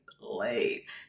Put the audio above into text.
late